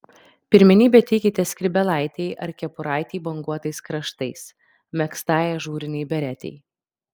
pirmenybę teikite skrybėlaitei ar kepuraitei banguotais kraštais megztai ažūrinei beretei